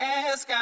ask